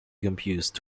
confused